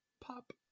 pop